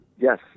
Yes